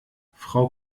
frau